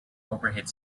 overhead